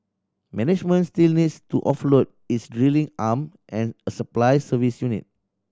management still needs to offload its drilling arm and a supply service unit